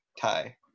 tie